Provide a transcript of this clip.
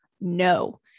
no